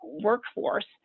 workforce